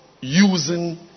using